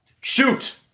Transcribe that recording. Shoot